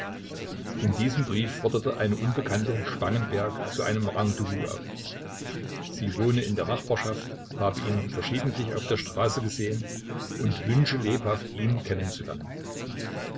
in diesem brief forderte eine unbekannte spangenberg zu einem rendezvous auf sie wohne in der nachbarschaft habe ihn verschiedentlich auf der straße gesehen und wünsche lebhaft ihn